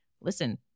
listen